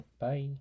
Bye